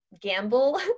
Gamble